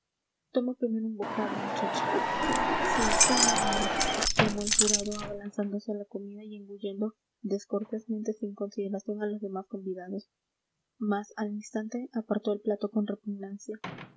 toma primero un bocado muchacho sí tengo hambre exclamó el jurado abalanzándose a la comida y engullendo descortésmente sin consideración a los demás convidados mas al instante apartó el plato con repugnancia